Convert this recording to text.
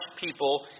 people